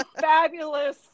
fabulous